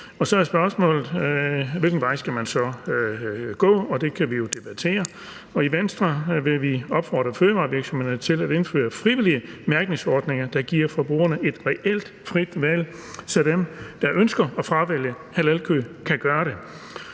hvilken vej man så skal gå, og det kan vi debattere. I Venstre vil vi opfordre fødevarevirksomhederne til at indføre frivillige mærkningsordninger, der giver forbrugerne et reelt frit valg, så dem, der ønsker at fravælge halalkød, kan gøre det.